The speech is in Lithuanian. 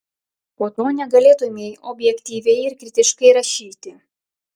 po to negalėtumei objektyviai ir kritiškai rašyti